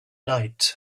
night